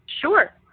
Sure